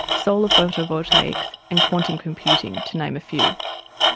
solar photovoltaics and quantum computing, to name a few.